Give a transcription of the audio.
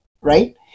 right